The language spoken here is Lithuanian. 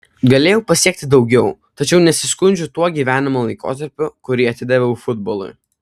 galėjau pasiekti daugiau tačiau nesiskundžiu tuo gyvenimo laikotarpiu kurį atidaviau futbolui